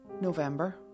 November